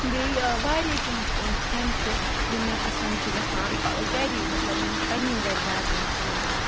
بیٚیہِ واریاہ کینٛہہ کھیٚن چھُ یِم مےٚ پَسَنٛد چھِ گَژھان گَری مَطلَب یِم اَسہِ پَننہٕ گَرِ وارِ مَنٛز چھِ نیران